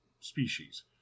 species